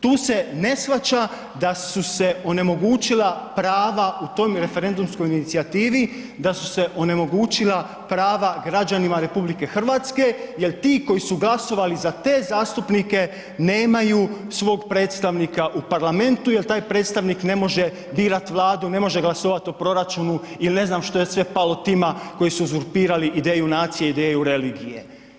Tu se ne shvaća da su se onemogućila prava u toj referendumskoj inicijativi, da su se onemogućila prava građanima RH jel ti koji su glasovali za te zastupnike nemaju svog predstavnika u Parlamentu jer ta j predstavnik ne može birat Vladu, ne može glasovati o proračunu ili ne znam što je sve palo tima koji su uzurpirali ideju nacije i ideju religije.